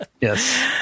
Yes